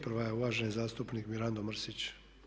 Prva je uvaženi zastupnik Mirando Mrsić.